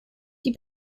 die